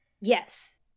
Yes